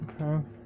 okay